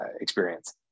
experience